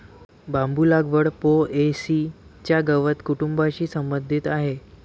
बांबू लागवड पो.ए.सी च्या गवत कुटुंबाशी संबंधित आहे